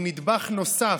היא נדבך נוסף,